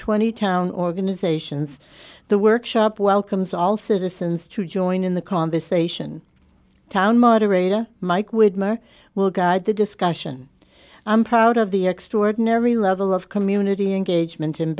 twenty town organizations the workshop welcomes all citizens to join in the conversation town moderator mike widmer will guide the discussion i'm proud of the extraordinary level of community engagement